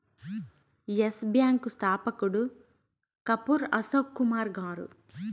yes Bank స్థాపకుడు కపూర్ అశోక్ కుమార్ గారు